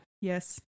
Yes